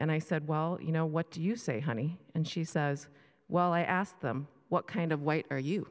and i said well you know what do you say honey and she says well i ask them what kind of white are you